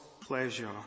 pleasure